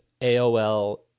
AOL